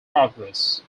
progress